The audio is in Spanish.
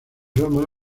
roma